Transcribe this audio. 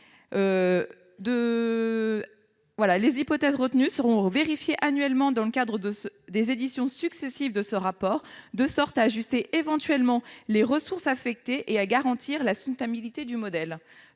Les hypothèses retenues seront vérifiées annuellement dans le cadre des éditions successives de ce rapport, de manière à ajuster éventuellement les ressources affectées et à garantir la soutenabilité du modèle. »